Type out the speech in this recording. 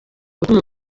gutuma